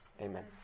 amen